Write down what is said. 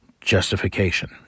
Justification